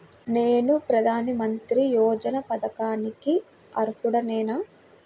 నేను ప్రధాని మంత్రి యోజన పథకానికి అర్హుడ నేన?